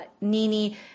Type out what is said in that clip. Nini